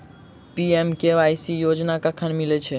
PMKMY योजना कखन मिलय छै?